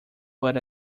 but